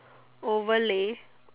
over lay